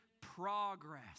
progress